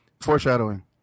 foreshadowing